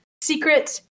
secret